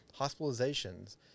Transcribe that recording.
hospitalizations